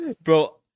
Bro